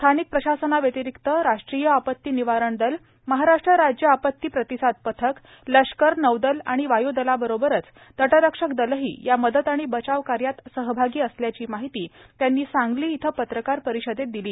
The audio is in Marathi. स्थानिक प्रशासनाव्यतिरिक्त राष्ट्रीय आपती निवारण दल महाराष्ट्र राज्य आपती प्रतिसाद पथक लष्कर नौदल आणि वायू दलाबरोबरच तटरक्षक दलही या मदत आणि बचाव कार्यात सहभागी असल्याची माहिती त्यांनी सांगली इथं पत्रकार परिषदेत दिली